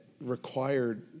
required